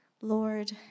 Lord